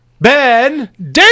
Ben